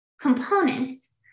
components